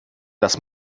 das